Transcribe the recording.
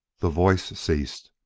the voice ceased.